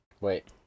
wait